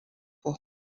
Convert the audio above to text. pour